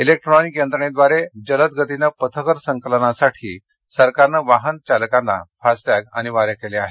electronic यंत्रणेद्वारे जलद गतीने पथकर संकलनासाठी सरकारने वाहन मालकांना फास्टॅग अनिवार्य केले आहेत